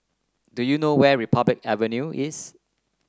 do you know where Republic Avenue is